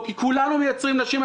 כי כולנו מייצרים לנשים,